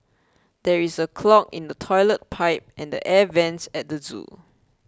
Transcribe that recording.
there is a clog in the Toilet Pipe and the Air Vents at the zoo